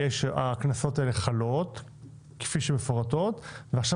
הקנסות האלה חלים כפי שמפורטים ועכשיו